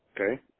Okay